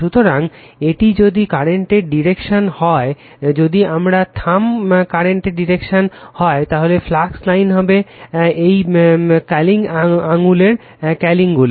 সুতরাং এটি যদি এই কারেন্টের ডিরেকশন হয় যদি আমার থাম্ব কারেন্টের ডিরেকশন হয় তাহলে ফ্লাক্স লাইন হবে এই কার্লিং আঙুলের কার্লিংটি